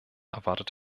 erwartet